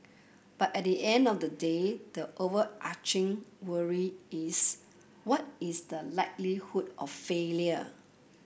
but at the end of the day the overarching worry is what is the likelihood of failure